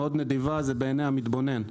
"מאוד נדיבה" זה בעיני המתבונן.